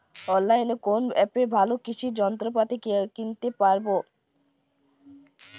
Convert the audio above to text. অনলাইনের কোন অ্যাপে ভালো কৃষির যন্ত্রপাতি কিনতে পারবো?